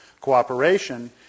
cooperation